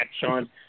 Sean